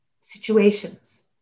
situations